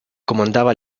comandaba